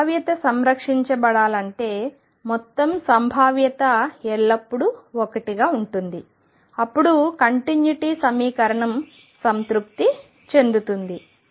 సంభావ్యత సంరక్షించబడాలంటే మొత్తం సంభావ్యత ఎల్లప్పుడూ 1గా ఉంటుంది అప్పుడు కంటిన్యుటీ సమీకరణం సంతృప్తి చెందుతుంది